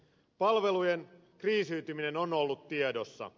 palvelujen kriisiytyminen on ollut tiedossa